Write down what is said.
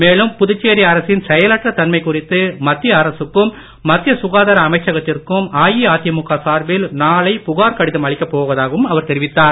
மேலும் புதுச்சேரி அரசின் செயலற்ற தன்மை குறித்து மத்திய அரசுக்கும் மத்திய சுகாதார அமைச்சகத்திற்கும் அஇஅதிமுக சார்பில் நாளை புகார் கடிதம் அளிக்க போவதாகவும் அவர் தெரிவித்தார்